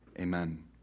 Amen